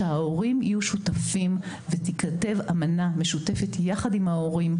שההורים יהיו שותפים ותיכתב אמנה משותפת יחד עם ההורים,